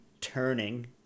turning